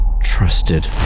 trusted